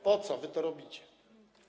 Po co wy to robicie?